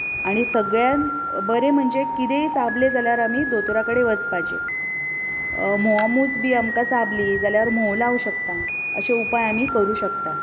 आनी सगळ्यांत बरें म्हणजे कितेंय चाबलें जाल्यार आमी दोतोरा कडेन वचपाचें म्होंवामूस बी आमकां चाबली जाल्यार म्होंव लावं शकता अशे उपाय आमी करूं शकता